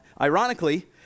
ironically